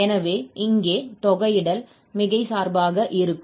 எனவே இங்கே தொகையிடல் மிகை சார்பாக இருக்கும்